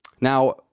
Now